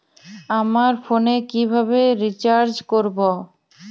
আমার ফোনে কিভাবে রিচার্জ করবো?